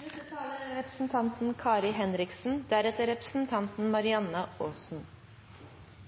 I går var det en heller trist dag, synes jeg, i stortingssalen. Men i dag er